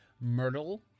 myrtle